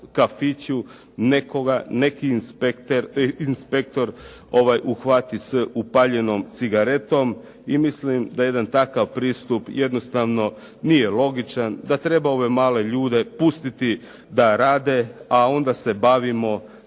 kafiću nekoga neki inspektor uhvati s upaljenom cigaretom i mislim da jedan takav pristup jednostavno nije logičan, da treba ove male ljude pustiti da rade, a onda se bavimo